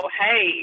hey